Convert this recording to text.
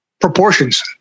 proportions